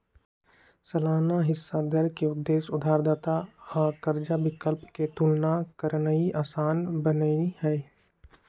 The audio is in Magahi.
सालाना हिस्सा दर के उद्देश्य उधारदाता आ कर्जा विकल्प के तुलना करनाइ असान बनेनाइ हइ